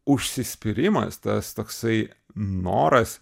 užsispyrimas tas toksai noras